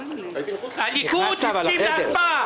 הליכוד הסכים להקפאה.